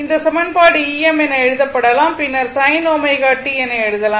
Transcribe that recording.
இந்த சமன்பாடு Em என எழுதப்படலாம் பின்னர் sin ω t என எழுதலாம்